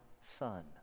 son